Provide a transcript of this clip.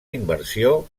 inversió